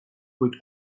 kuid